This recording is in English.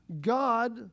God